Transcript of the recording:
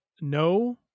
No